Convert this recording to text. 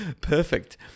Perfect